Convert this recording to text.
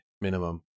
minimum